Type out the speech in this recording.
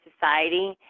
society